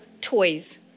toys